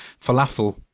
falafel